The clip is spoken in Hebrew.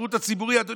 בשירות הציבורי: אדוני,